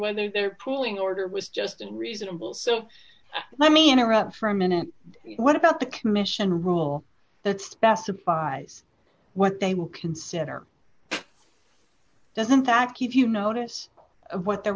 whether there pooling order was just and reasonable d so let me interrupt for a minute what about the commission rule that specifies what they will consider doesn't that give you notice of what they're